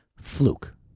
Fluke